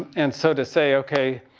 and so to say okay,